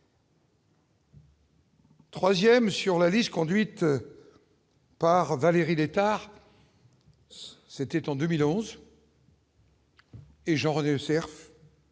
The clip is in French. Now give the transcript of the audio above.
3ème si on la liste conduite par Valérie Létard, c'était en 2011. Et Jean-René Lecerf.